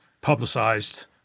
publicized